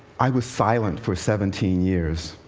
i was silent for seventeen years.